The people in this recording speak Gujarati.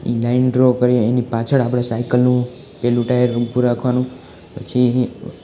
એ લાઈન ડ્રો કરીએ એની પાછળ આપણે સાઈકલનું પહેલું ટાયર ઊભું રાખવાનું પછી